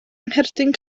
ngherdyn